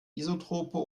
isotroper